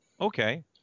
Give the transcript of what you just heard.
okay